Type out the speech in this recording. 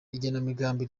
igenamigambi